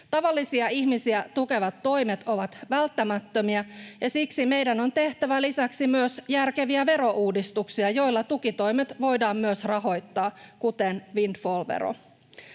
Tavallisia ihmisiä tukevat toimet ovat välttämättömiä, ja siksi meidän on tehtävä lisäksi myös järkeviä verouudistuksia, joilla tukitoimet voidaan myös rahoittaa, kuten windfall-vero.